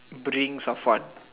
bring someone